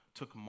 took